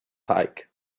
hike